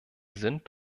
sind